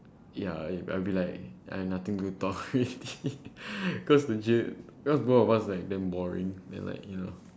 ya I I'll be like I have nothing to talk already because the J because both of us like damn boring then like you know